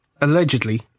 Allegedly